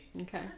Okay